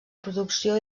producció